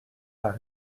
pas